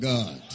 God